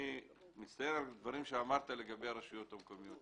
אני מצטער על דברים שאמרת לגבי הרשויות המקומיות.